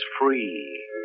free